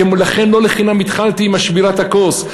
לכן לא לחינם התחלתי עם שבירת הכוס.